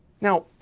Now